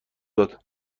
داد